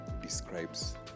describes